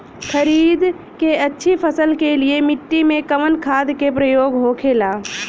खरीद के अच्छी फसल के लिए मिट्टी में कवन खाद के प्रयोग होखेला?